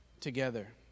together